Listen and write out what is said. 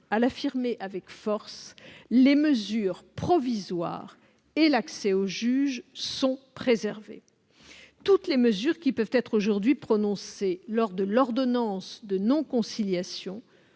à l'affirmer avec force, les mesures provisoires et l'accès au juge sont préservés. Toutes les mesures qui peuvent être aujourd'hui prononcées lors de l'ordonnance de non-conciliation